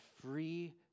free